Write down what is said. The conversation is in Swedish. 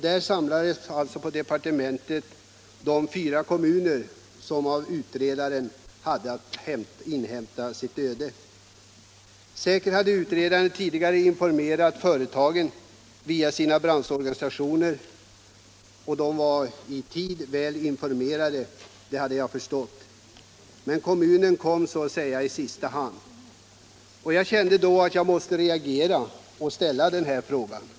Där samlades alltså på departementet representanterna för de fyra kommuner som efter utredarens dom hade att invänta sitt öde. Säkert hade utredaren tidigare informerat företagen, och via sina branschorganisationer var de i tid väl informerade, det hade jag förstått. Kommunerna kom så att säga i sista hand. Jag kände därför att jag måste reagera och ställa en fråga till industriministern.